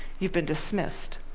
you've been dismissed.